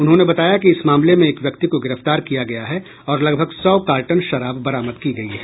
उन्होंने बताया कि इस मामले में एक व्यक्ति को गिरफ्तार किया गया है और लगभग सौ कार्टन शराब बरामद की गयी है